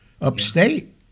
upstate